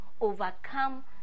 overcome